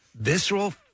visceral